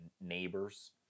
neighbors